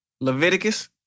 Leviticus